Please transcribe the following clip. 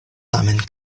tamen